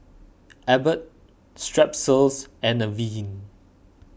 Abbott Strepsils and Avene